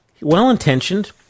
Well-intentioned